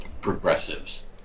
progressives